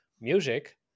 music